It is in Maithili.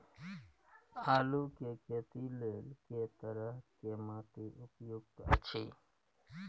आलू के खेती लेल के तरह के माटी उपयुक्त अछि?